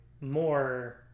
more